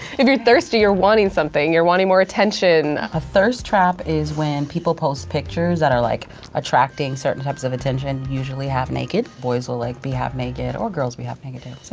if you're thirsty, you're wanting something. you're wanting more attention. a thirst trap is when people post pictures that are like attracting certain types of attention, usually half naked. boys will like be half naked, or girls be half naked too,